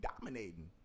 dominating